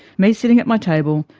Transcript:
me sitting at my table,